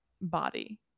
body